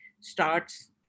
starts